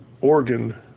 organ